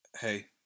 Hey